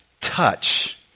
touch